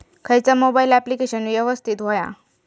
खयचा mobile application यवस्तित होया?